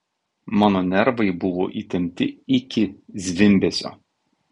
mano nervai buvo įtempti iki zvimbesio